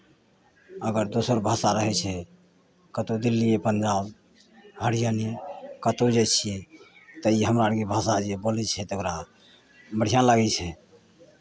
अगर दोसर भाषा रहै छै कतहु दिल्लीए पंजाब हरियाणे कतहु जाइ छियै तऽ ई हमरा आरके भाषा जे बोलै छै तऽ ओकरा बढ़िआँ लागै छै